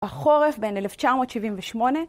החורף בין 1978